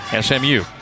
SMU